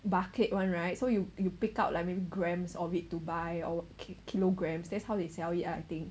bucket one right so you you pick up like maybe grams of it to buy or kilo~ kilograms that's how they sell it I think